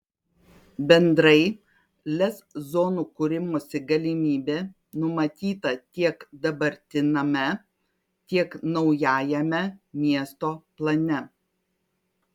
bendrai lez zonų kūrimosi galimybė numatyta tiek dabartiname tiek naujajame miesto plane